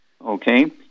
Okay